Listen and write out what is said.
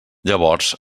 llavors